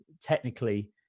technically